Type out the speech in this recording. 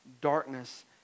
darkness